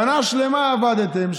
שנה שלמה עבדתם,